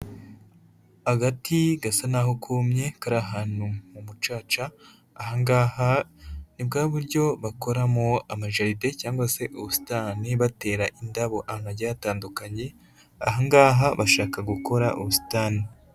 Agati gasa naho kumye, kari ahantu mu mucaca. Aha ngaha ni bwa buryo bakoramo amajaride cyangwa se ubusitani, batera indabo ahantu hagiye hatandukanye. Aha ngaha bashaka gukora ubusitani.